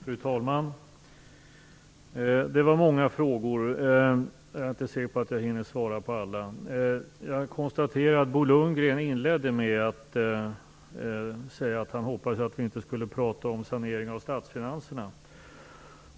Fru talman! Det var många frågor. Jag är inte säker på att jag hinner svara på alla. Jag konstaterar att Bo Lundgren inledde med att säga att han hoppades att vi inte skulle tala om saneringen av statsfinanserna.